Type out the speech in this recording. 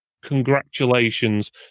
congratulations